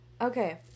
Okay